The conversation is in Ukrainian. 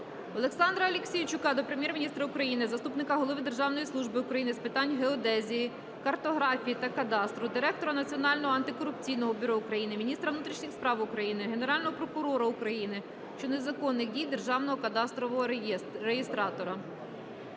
Олександра Аліксійчука до Прем'єр-міністра України, заступника голови Державної служби України з питань геодезії, картографії та кадастру, директора Національного антикорупційного бюро України, міністра внутрішніх справ України, Генерального прокурора України щодо незаконних дій державного кадастрового реєстратора.